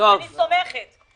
אני סומכת על